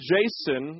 Jason